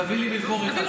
תביא לי מזמור אחד קטן.